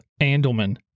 Andelman